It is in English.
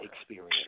experience